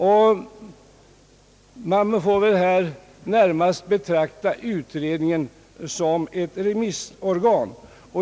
Utredningen får väl nu när mast betraktas som ett remissorgan.